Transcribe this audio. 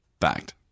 Fact